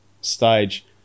stage